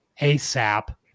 ASAP